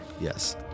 Yes